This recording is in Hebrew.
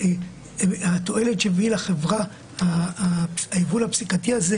התועלת שהביא לחברה היבול הפסיקתי הזה,